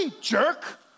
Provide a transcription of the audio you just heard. jerk